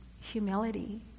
humility